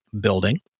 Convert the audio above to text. building